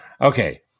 Okay